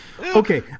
Okay